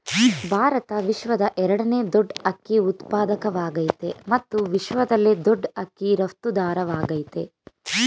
ಭಾರತ ವಿಶ್ವದ ಎರಡನೇ ದೊಡ್ ಅಕ್ಕಿ ಉತ್ಪಾದಕವಾಗಯ್ತೆ ಮತ್ತು ವಿಶ್ವದಲ್ಲೇ ದೊಡ್ ಅಕ್ಕಿ ರಫ್ತುದಾರವಾಗಯ್ತೆ